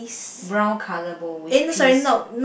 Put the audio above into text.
brown color bowl with piece